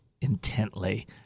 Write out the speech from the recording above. intently